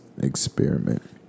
experiment